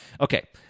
Okay